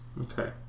Okay